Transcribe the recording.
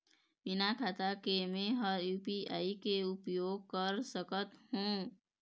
बिना खाता के म हर यू.पी.आई के उपयोग कर सकत हो?